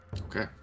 okay